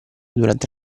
durante